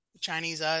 Chinese